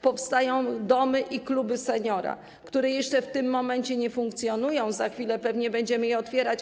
Powstają domy i kluby seniora, które jeszcze w tym momencie nie funkcjonują, ale za chwilę pewnie będziemy je otwierać.